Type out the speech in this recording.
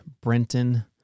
Brenton